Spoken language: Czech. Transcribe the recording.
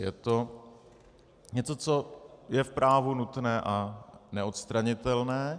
Je to něco, co je v právu nutné a neodstranitelné.